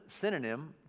synonym